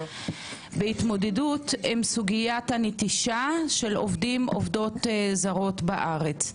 בהתמודדות עם נטישה של עובדות ועובדים זרים בארץ.